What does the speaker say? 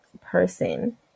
person